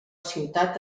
ciutat